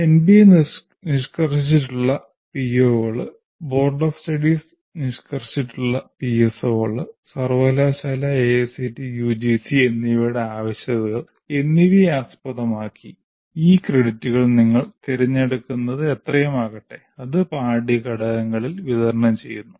NBA നിഷ്കർച്ചിട്ടുള്ള പിഒകൾ board of studies നിഷ്കർച്ചിട്ടുള്ള പിഎസ്ഒകൾ സർവകലാശാല AICTE യുജിസി എന്നിവയുടെ ആവശ്യകതകൾ എന്നിവയെ ആസ്പദമാക്കി ഈ ക്രെഡിറ്റുകൾ നിങ്ങൾ തിരഞ്ഞെടുക്കുന്ന എത്രയുമാകട്ടെ അത് പാഠ്യ ഘടകങ്ങളിൽ വിതരണം ചെയ്യുന്നു